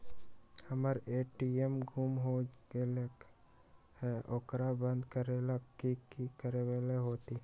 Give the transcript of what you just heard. हमर ए.टी.एम गुम हो गेलक ह ओकरा बंद करेला कि कि करेला होई है?